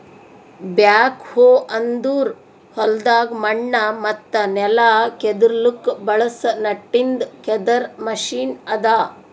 back ಹೋ ಅಂದುರ್ ಹೊಲ್ದಾಗ್ ಮಣ್ಣ ಮತ್ತ ನೆಲ ಕೆದುರ್ಲುಕ್ ಬಳಸ ನಟ್ಟಿಂದ್ ಕೆದರ್ ಮೆಷಿನ್ ಅದಾ